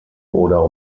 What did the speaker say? oder